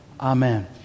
Amen